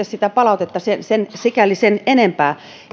sitä palautetta sikäli sen enempää